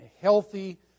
healthy